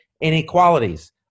inequalities